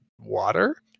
water